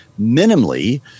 Minimally